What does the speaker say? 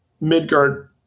midgard